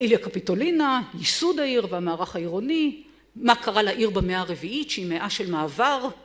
איליה קפיטולינה, ייסוד העיר והמערך העירוני, מה קרה לעיר במאה הרביעית שהיא מאה של מעבר